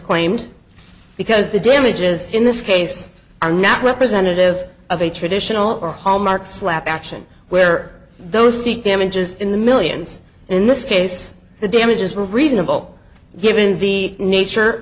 claimed because the damages in this case are not representative of a traditional or hallmark slapp action where those seek damages in the millions in this case the damages were reasonable given the nature